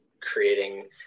creating